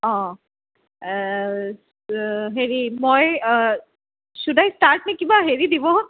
অঁহ হেৰি মই নে কিবা হেৰি দিব